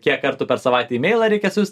kiek kartų per savaitę imeilą reikia siųst